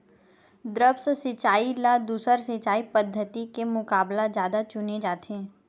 द्रप्स सिंचाई ला दूसर सिंचाई पद्धिति के मुकाबला जादा चुने जाथे